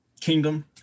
kingdom